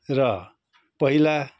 र पहिला